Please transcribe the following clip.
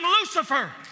Lucifer